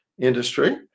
industry